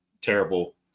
terrible